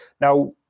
Now